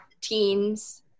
teens